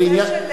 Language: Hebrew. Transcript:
על הנושא של